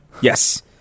yes